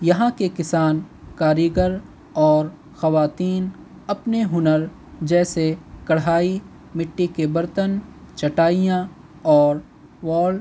یہاں کے کسان کاریگر اور خواتین اپنے ہنر جیسے کڑھائی مٹی کے برتن چٹائیاں اور وول